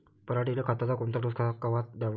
पऱ्हाटीले खताचा कोनचा डोस कवा द्याव?